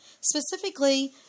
Specifically